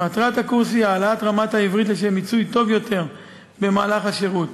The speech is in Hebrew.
מטרת הקורס היא העלאת רמת העברית לשם מיצוי טוב יותר במהלך השירות.